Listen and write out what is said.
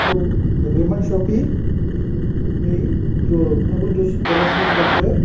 hello Raymond shoppe मी जो अरुण जोशी कोल्हापूरहुन बोलतोय